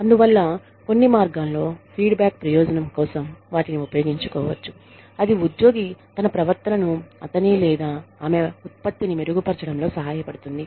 అందువల్ల కొన్ని మార్గాల్లో ఫీడ్బ్యాక్ ప్రయోజనం కోసం వాటిని ఉపయోగించుకోవచ్చు అది ఉద్యోగి తన ప్రవర్తనను అతని లేదా ఆమె ఉత్పత్తిని మెరుగుపరచడంలో సహాయపడుతుంది